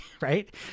right